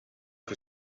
che